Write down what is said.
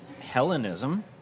Hellenism